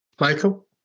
Michael